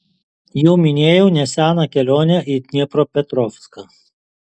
jau minėjau neseną kelionę į dniepropetrovską